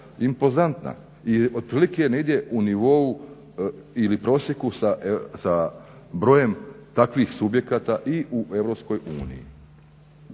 i otprilike negdje u nivou ili prosjeku sa brojem takvih subjekata i u EU.